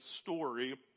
story